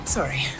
Sorry